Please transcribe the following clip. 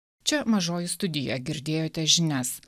čia mažoji studija girdėjote žinias